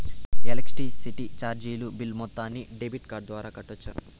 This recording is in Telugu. ఎలక్ట్రిసిటీ చార్జీలు బిల్ మొత్తాన్ని డెబిట్ కార్డు ద్వారా కట్టొచ్చా?